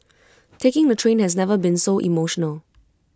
taking the train has never been so emotional